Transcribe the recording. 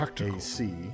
AC